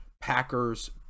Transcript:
Packers